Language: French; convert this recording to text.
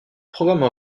programmes